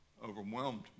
overwhelmed